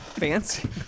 fancy